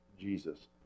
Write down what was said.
Jesus